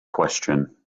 question